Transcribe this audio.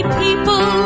people